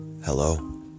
Hello